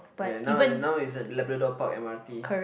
ya now now is at Labrador-Park M_R_T